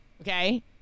Okay